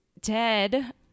Ted